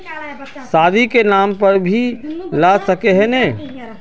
शादी के नाम पर भी ला सके है नय?